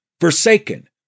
forsaken